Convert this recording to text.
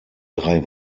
drei